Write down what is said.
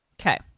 Okay